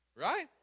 Right